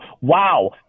wow